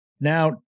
Now